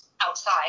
outside